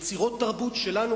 יצירות תרבות שלנו,